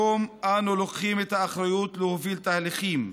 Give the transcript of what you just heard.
היום אנו לוקחים את האחריות להוביל תהליכים,